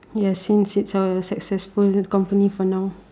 yes since a successful company for now